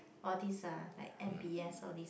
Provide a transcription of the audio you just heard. all this ah like m_b_s all this